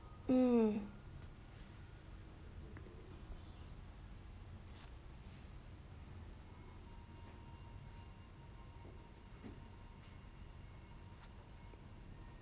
hmm